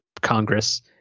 congress